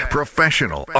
Professional